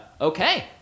Okay